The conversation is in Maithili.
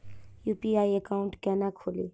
यु.पी.आई एकाउंट केना खोलि?